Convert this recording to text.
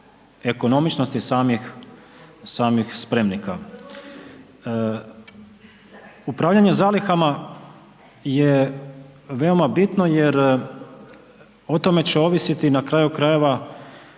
ekonomičnosti samih spremnika, upravljanje zalihama je veoma bitno jer o tome će ovisiti na kraju krajeva